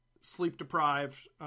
sleep-deprived